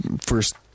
first